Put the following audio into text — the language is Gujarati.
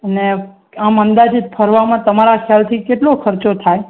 અને આમ અંદાજિત ફરવામાં તમારા ખ્યાલથી કેટલો ખર્ચો થાય